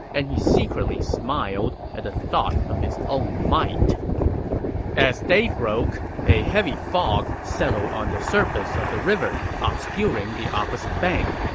and he secretly smiled at the thought of his own might as day broke, a heavy fog settled on the surface of the river, ah obscuring the opposite bank.